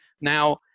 Now